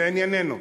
לענייננו.